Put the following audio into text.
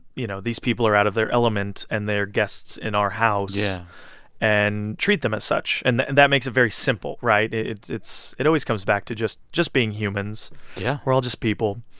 you know, these people are out of their element and they're guests in our house yeah and treat them as such. and that and that makes it very simple, right? it's it's it always comes back to just just being humans yeah we're all just people.